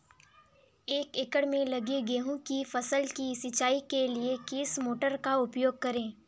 एक एकड़ में लगी गेहूँ की फसल की सिंचाई के लिए किस मोटर का उपयोग करें?